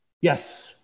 Yes